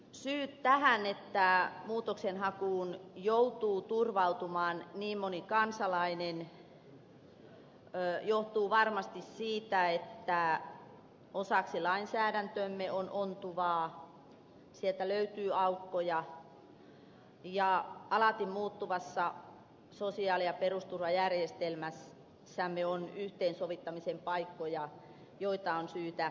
se että muutoksenhakuun joutuu turvautumaan niin moni kansalainen johtuu varmasti siitä että osaksi lainsäädäntömme on ontuvaa sieltä löytyy aukkoja ja alati muuttuvassa sosiaali ja perusturvajärjestelmässämme on yhteensovittamisen paikkoja joita on syytä edelleen tarkastella